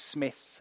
Smith